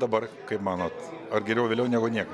dabar kaip manot ar geriau vėliau negu niekad